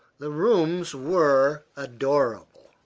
the rooms were adorable.